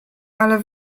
ale